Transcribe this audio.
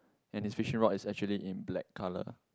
and his fishing rod is actually in black colour